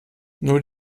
nur